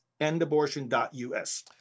endabortion.us